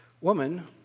woman